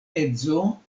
edzo